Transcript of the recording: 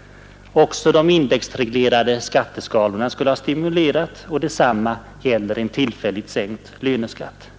— liksom de skulle ha stimulerats av indexreglerade skatteskalor och en tillfälligt sänkt löneskatt.